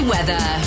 Weather